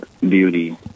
beauty